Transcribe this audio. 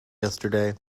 yesterday